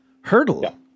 Hurdle